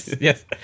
yes